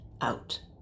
out